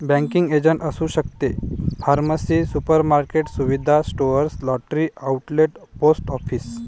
banking agent असू शकते pharmacy supermarket सुविधा store lottery outlet post office